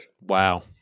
Wow